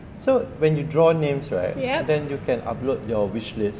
so when you draw names right and then you can upload your wish list